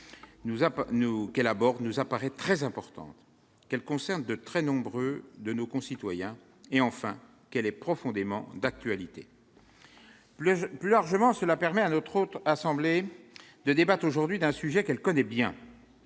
qu'elle aborde nous apparaît très importante, qu'elle concerne un grand nombre de nos concitoyens et qu'elle est profondément d'actualité. Plus largement, cela permet à la Haute Assemblée de débattre d'un sujet qu'elle connaît bien.